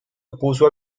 opuso